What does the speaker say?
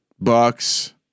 bucks